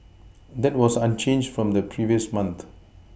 that was unchanged from the previous month